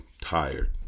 tired